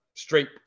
Straight